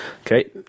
Okay